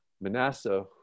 Manasseh